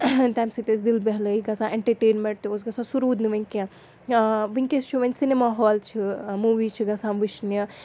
تَمہِ سۭتۍ ٲسۍ دِل بہلٲیی گژھان اینٹرٹینمینٹ تہِ اوس گژھان سُہ روٗد نہٕ وۄنۍ کیٚنٛہہ یا وٕنۍکٮ۪س چھُ وۄنۍ سِنِما حال چھُ موٗویٖز چھِ گژھان وٕچھنہِ